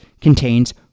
contains